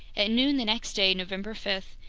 at noon the next day, november five,